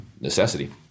necessity